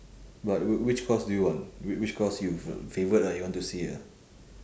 but wh~ which course do you want wh~ which course you f~ favourite ah you want to see ah